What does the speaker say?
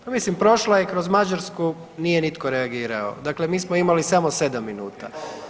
Pa mislim prošla je kroz Mađarsku nije nitko reagirao, dakle mi smo imali samo 7 minuta.